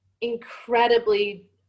incredibly